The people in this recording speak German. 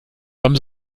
beim